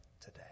today